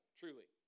truly